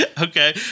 Okay